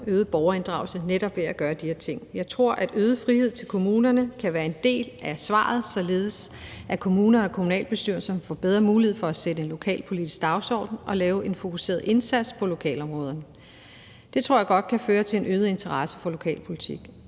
øget borgerinddragelse netop ved at gøre de her ting. Jeg tror, at øget frihed til kommunerne kan være en del af svaret, således at kommunerne og kommunalbestyrelserne får bedre mulighed for at sætte en lokalpolitisk dagsorden og lave en fokuseret indsats på lokalområderne. Det tror jeg godt kan føre til en øget interesse for lokalpolitik.